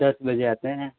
दस बजे आते हैं